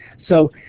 so,